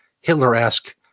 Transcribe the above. Hitler-esque